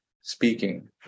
speaking